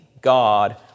God